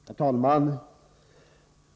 Herr talman!